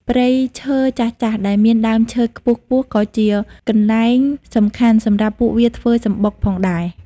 ព្រៃឈើចាស់ៗដែលមានដើមឈើខ្ពស់ៗក៏ជាកន្លែងសំខាន់សម្រាប់ពួកវាធ្វើសម្បុកផងដែរ។